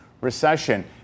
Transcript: recession